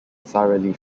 thoroughly